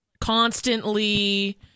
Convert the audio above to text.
constantly